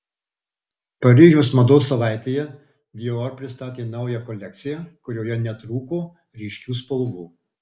paryžiaus mados savaitėje dior pristatė naują kolekciją kurioje netrūko ryškių spalvų